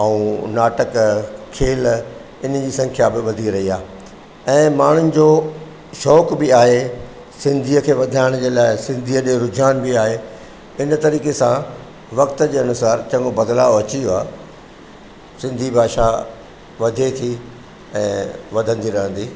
ऐं नाटक खेल इन जी संख्या बि वधी रही आहे ऐं माण्हुनि जो शौक़ बि आहे सिंधीअ खे वधाइण जे लाइ सिंधीअ जो रुझाण बि आहे इन तरीक़े सां वक़्त जे अनुसार चङो बदिलाउ अची वियो आहे सिंधी भाषा वधे थी ऐं वधंदी रहंदी